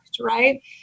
right